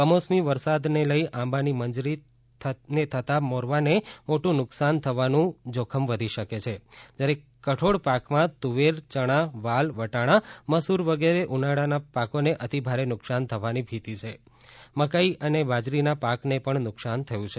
કમોસમી વરસાદન લઈ આંબાની મંજરી થતા મોરવાન મોટું નુકસાન થવાનું જોખમ વધી શકે છા જ્યારે કઠોળ પાકમાં તુવાર ચણાવાલવટાણા મસુર વગઢે ઉનાળાના પાકોન અતિ ભારે નુકસાન થવાની ભીતિ છ મકાઈ અન બાજરીના પાકન પણ નુકસાન થયું છ